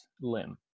limb